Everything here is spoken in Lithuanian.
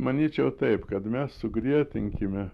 manyčiau taip kad mes sugretinkime